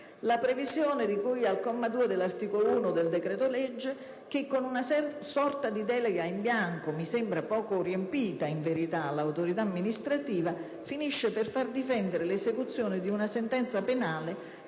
la previsione di cui al comma 2 dell'articolo 1 del decreto-legge che, con una sorta di delega in bianco all'autorità amministrativa, finisce per far dipendere l'esecuzione di una sentenza penale